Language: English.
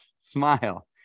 smile